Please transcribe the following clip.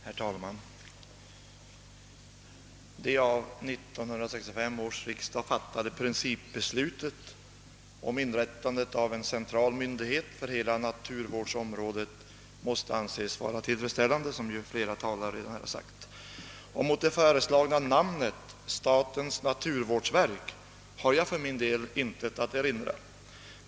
Herr talman! Det av 1965 års riksdag fattade principbeslutet om inrättande av en central myndighet för hela naturvårdsområdet måste — som flera talare redan påpekat — anses vara tillfredsställande. Mot det föreslagna namnet — statens naturvårdsverk — har jag för min del intet att erinra.